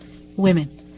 women